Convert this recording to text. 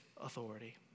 authority